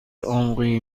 عمقی